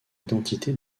identité